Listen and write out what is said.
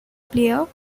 player